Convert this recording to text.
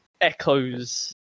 echoes